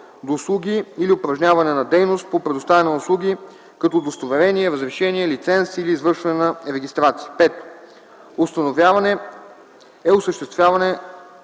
до услуги или упражняване на дейност по предоставяне на услуги, като удостоверение, разрешение, лиценз или извършване на регистрация. 5. „Установяване” е осъществяване